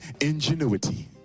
ingenuity